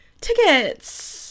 tickets